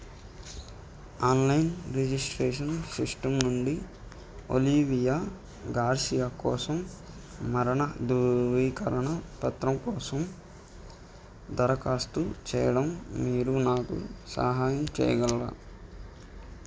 online registration system నుండి Olivia Garcia కోసం మరణ ధృవీకరణ పత్రం కోసం దరఖాస్తు చేయడం మీరు నాకు సహాయం చేయగలరా